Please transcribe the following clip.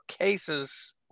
cases